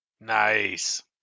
Nice